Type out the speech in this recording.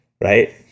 right